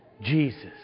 Jesus